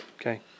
Okay